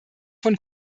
von